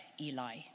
Eli